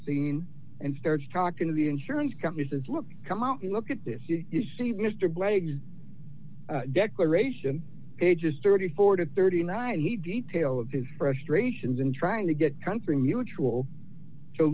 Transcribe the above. scene and starts talking to the insurance company says look come on look at this you see mr glegg declaration pages thirty four to thirty nine he detail of his frustrations in trying to get country mutual